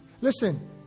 Listen